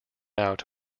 out